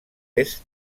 est